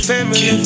Family